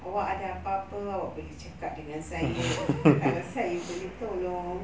awak ada apa-apa awak boleh cakap dengan saya kalau saya boleh tolong